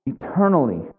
eternally